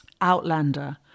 Outlander